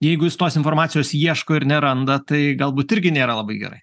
jeigu jis tos informacijos ieško ir neranda tai galbūt irgi nėra labai gerai